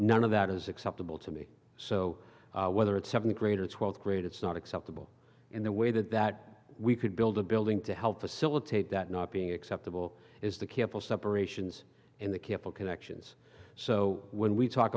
none of that is acceptable to me so whether it's seventh grade or twelfth grade it's not acceptable in the way that that we could build a building to help facilitate that not being acceptable is the camp of separations and the cable connections so when we talk